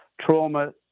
trauma